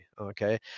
Okay